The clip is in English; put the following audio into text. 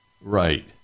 Right